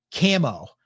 camo